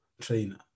trainer